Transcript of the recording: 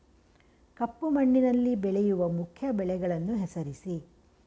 ಕಪ್ಪು ಮಣ್ಣಿನಲ್ಲಿ ಬೆಳೆಯುವ ಮುಖ್ಯ ಬೆಳೆಗಳನ್ನು ಹೆಸರಿಸಿ